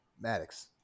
Maddox